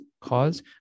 cause